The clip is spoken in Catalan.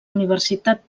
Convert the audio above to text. universitat